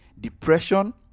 depression